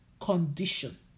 condition